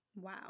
Wow